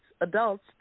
adults